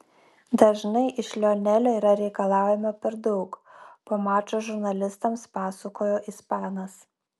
dažnai iš lionelio yra reikalaujama per daug po mačo žurnalistams pasakojo ispanas